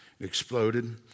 exploded